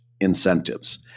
incentives